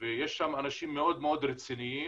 ויש שם אנשים מאוד מאוד רציניים,